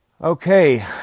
Okay